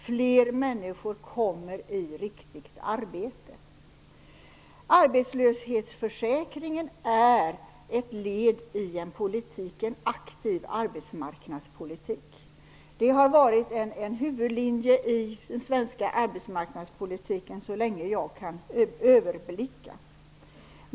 Fler människor kommer i riktigt arbete. Arbetslöshetsförsäkringen är ett led i en aktiv arbetsmarknadspolitik. Det har varit en huvudlinje i den svenska arbetsmarknadspolitiken så länge jag kan överblicka.